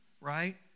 right